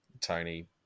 Tony